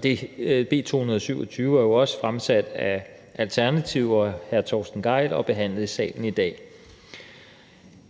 B 227 er jo også fremsat af Alternativet og hr. Torsten Gejl og behandlet i salen i dag.